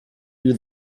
you